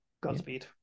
Godspeed